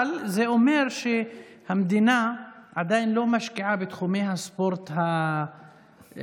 אבל זה אומר שהמדינה עדיין לא משקיעה בתחומי הספורט האולימפיים.